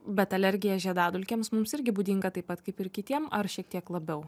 bet alergija žiedadulkėms mums irgi būdinga taip pat kaip ir kitiem ar šiek tiek labiau